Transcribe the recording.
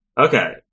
Okay